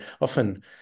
often